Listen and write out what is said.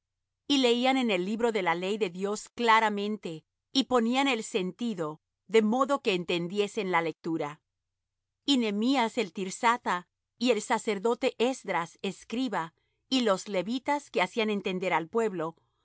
y leían en el libro de la ley de dios claramente y ponían el sentido de modo que entendiesen la lectura y nehemías el tirsatha y el sacerdote esdras escriba y los levitas que hacían entender al pueblo